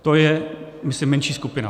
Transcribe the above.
To je, myslím, menší skupina.